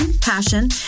passion